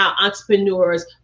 entrepreneurs